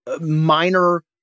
minor